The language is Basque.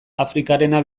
afrikarena